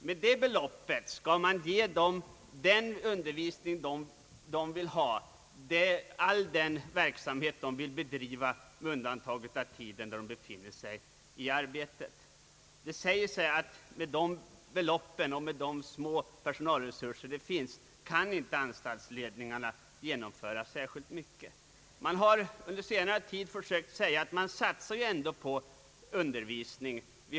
Med det beloppet skall man ge internerna den undervisning de vill ha och sysselsätta dem med all den verksamhet de vill bedriva under den tid då de inte arbetar. Det säger sig självt att med de små belopp och med de små personalresurser som står till förfogande så kan inte anstaltsledningarna göra särskilt mycket. Det har sagts att kriminalvården under senare tid börjat satsa mer och mer på undervisning.